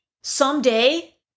someday